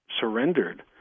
surrendered